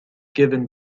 given